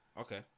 Okay